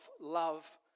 love